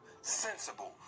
sensible